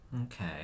Okay